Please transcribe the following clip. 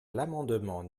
l’amendement